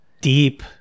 deep